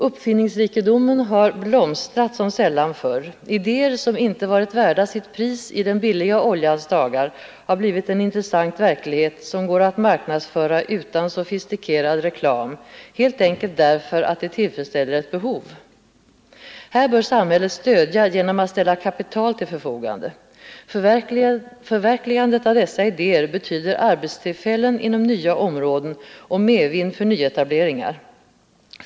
Uppfinningsrikedomen har blomstrat som sällan förr. Idéer som inte varit värda sitt pris i den billiga oljans dagar har blivit en intressant verklighet som går att marknadsföra utan sofistikerad reklam, helt enkelt därför att de tillfredsställer ett behov. Här bör samhället stödja genom att ställa kapital till förfogande. Förverkligandet av dessa idéer betyder arbetstillfällen inom nya områden och medvind för nyetableringar.